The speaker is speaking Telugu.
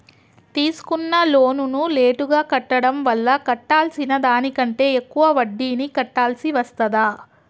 తీసుకున్న లోనును లేటుగా కట్టడం వల్ల కట్టాల్సిన దానికంటే ఎక్కువ వడ్డీని కట్టాల్సి వస్తదా?